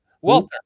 Walter